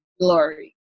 glory